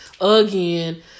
again